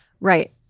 Right